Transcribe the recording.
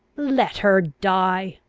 let her die!